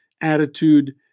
attitude